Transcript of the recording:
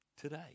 today